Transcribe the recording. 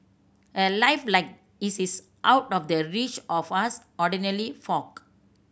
a life like his is out of the reach of us ordinary folk